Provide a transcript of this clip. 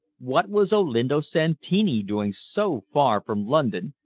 what was olinto santini doing so far from london,